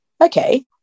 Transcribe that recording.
okay